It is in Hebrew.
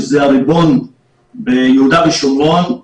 שהוא הריבון ביהודה ושומרון,